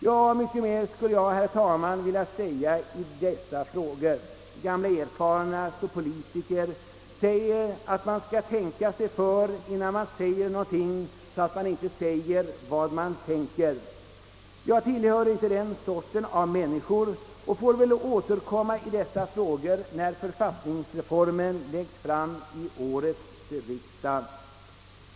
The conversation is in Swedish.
Ja, mycket mer skulle jag, herr talman, vilja säga i dessa frågor. Gamla erfarna politiker säger att man skall tänka sig för innan man säger något, så att man inte säger vad man tänker. Jag tillhör inte den sortens människor och får väl återkomma i dessa frågor när förslaget till författningsreform läggs fram för årets riksdag.